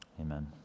Amen